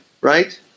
Right